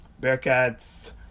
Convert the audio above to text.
Bearcats